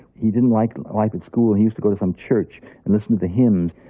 he didn't like life at school, and he used to go to some church and listen to the hymns.